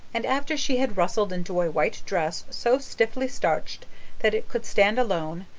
and after she had rustled into a white dress, so stiffly starched that it could stand alone,